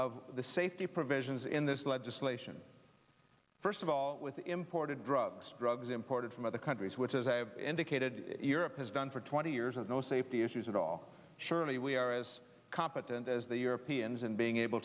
of the safety provisions in this legislation first of all with the imported drugs drugs imported from other countries which as i have indicated europe has done for twenty years and no safety issues at all surely we are as competent as the europeans in being able